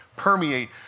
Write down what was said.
permeate